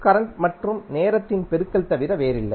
current மற்றும் நேரத்தின் பெருக்கல் தவிர வேறில்லை